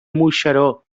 moixeró